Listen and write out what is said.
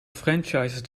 franchises